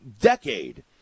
decade